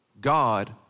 God